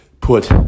put